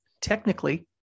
technically